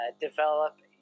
develop